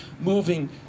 moving